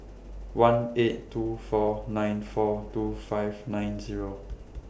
one eight two four nine four two five nine Zero